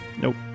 Nope